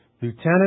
lieutenant